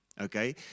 okay